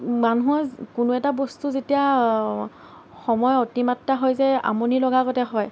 মানুহে কোনো এটা বস্তু যেতিয়া সময় অতিমাত্ৰা হৈ যাই আমনি লগাগতে হয়